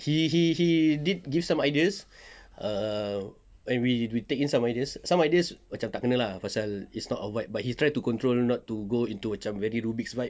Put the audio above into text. he he he did give some ideas err when we take in some ideas some ideas macam tak kena lah pasal it's not our vibes but he tries to control not to go into macam very rubik's vibes